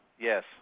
Yes